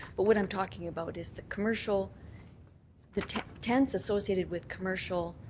but what i'm talking about is the commercial the tents tents associated with commercial